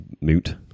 moot